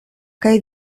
kaj